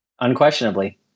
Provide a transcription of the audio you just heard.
Unquestionably